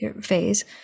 phase